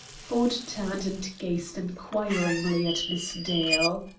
ford turned and gazed inquiringly at miss dale.